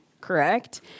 correct